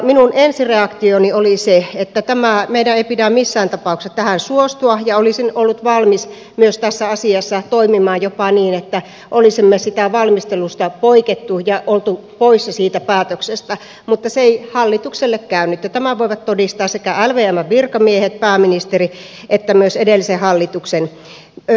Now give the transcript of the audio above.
minun ensireaktioni oli se että meidän ei pidä missään tapauksessa tähän suostua ja olisin ollut valmis myös tässä asiassa toimimaan jopa niin että olisimme siitä valmistelusta poikenneet ja olleet poissa siitä päätöksestä mutta se ei hallitukselle käynyt ja tämän voivat todistaa sekä lvmn virkamiehet pääministeri että myös edellisen hallituksen ympäristöministeri